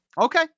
Okay